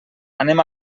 anem